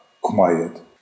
quiet